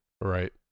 right